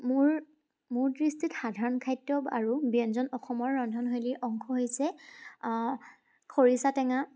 মোৰ মোৰ দৃষ্টিত সাধাৰণ খাদ্য আৰ ব্যঞ্জন অসমৰ ৰন্ধনশৈলীৰ অংশ হৈছে খৰিচা টেঙা